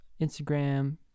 Instagram